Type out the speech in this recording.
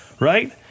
right